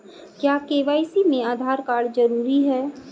क्या के.वाई.सी में आधार कार्ड जरूरी है?